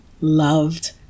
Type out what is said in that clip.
loved